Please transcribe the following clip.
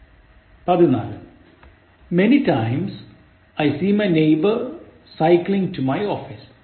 14 Many times I see my neighbor cycling to my office